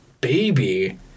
baby